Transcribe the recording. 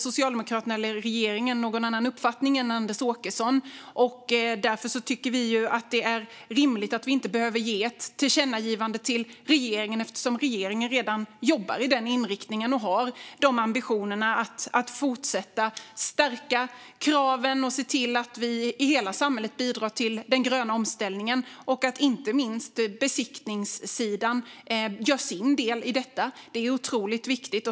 Socialdemokraterna och regeringen har inte någon annan uppfattning där än Anders Åkesson, och därför tycker vi att det är rimligt att vi inte behöver föreslå ett tillkännagivande till regeringen. Regeringen jobbar ju redan i den riktningen och har ambitionen att fortsätta att stärka kraven och se till att hela samhället bidrar till den gröna omställningen och, inte minst, till att besiktningssidan gör sin del i detta. Det är otroligt viktigt.